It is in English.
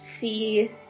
see